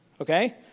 Okay